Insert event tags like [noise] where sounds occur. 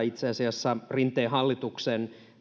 [unintelligible] itse asiassa meidän autokantamme rinteen hallituksen